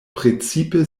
precipe